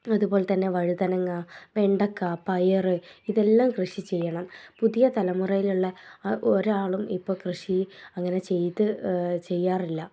അതുപോലെ തന്നെ വഴുതനങ്ങ വെണ്ടക്ക പയർ ഇതെല്ലാം കൃഷി ചെയ്യണം പുതിയ തലമുറയിലുള്ള ആ ഒരാളും ഇപ്പം കൃഷി അങ്ങനെ ചെയ്ത് ചെയ്യാറില്ല